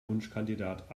wunschkandidat